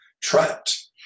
trapped